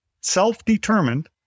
self-determined